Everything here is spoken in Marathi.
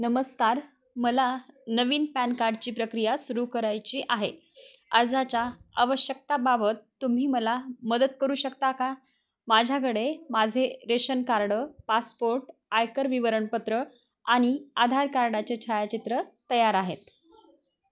नमस्कार मला नवीन पॅन कार्डची प्रक्रिया सुरू करायची आहे अर्जाच्या आवश्यकतेबाबत तुम्ही मला मदत करू शकता का माझ्याकडे माझे रेशन कार्ड पासपोर्ट आयकर विवरणपत्र आणि आधार कार्डाचे छायाचित्र तयार आहेत